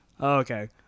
Okay